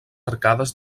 arcades